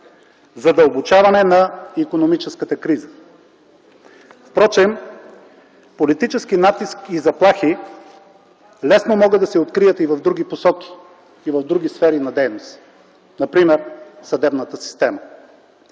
задълбочаване на икономическата криза. Впрочем политически натиск и заплахи лесно могат да се открият и в други посоки, и в други сфери на дейност. Например – съдебната система,